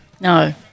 no